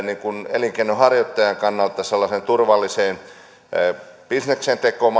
elinkeinonharjoittajan kannalta sellaiseen turvalliseen bisneksen tekoon